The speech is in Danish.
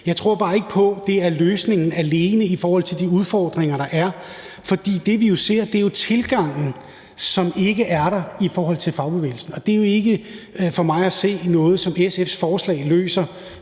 jeg tror bare ikke på, at det er løsningen alene i forhold til de udfordringer, der er. Det, vi jo ser, er, at tilgangen ikke er der i forhold til fagbevægelsen. Det er for mig at se ikke noget, som SF's forslag løser.